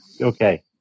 Okay